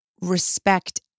respect